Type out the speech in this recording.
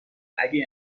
اگه